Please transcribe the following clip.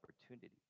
opportunity